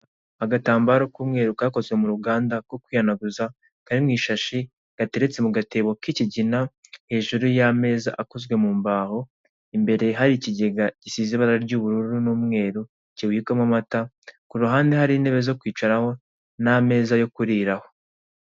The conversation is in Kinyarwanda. Agatambaro k'umweru kakozwe mu ruganda ko kwihanaguza kari mu ishashi gateretse mugatebo k'ikigina hejuru yameza akozwe mu mbaho imbere hari ikigega gisize ibara ry'ubururu n'umeru kibikwamo amata kuruhande hari intebe zo kwicaraho n'ameza yo kuriraho